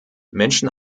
menschen